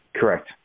Correct